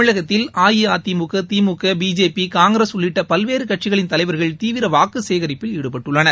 தமிழகத்தில் அஇஅதிமுக திமுக பிஜேபி காங்கிரஸ் உள்ளிட்ட பல்வேறு கட்சிகளின் தலைவர்கள் தீவிர வாக்கு சேகரிப்பில் ஈடுபட்டுள்ளனர்